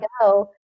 go